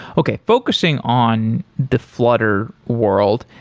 okay, focusing on the flutter world.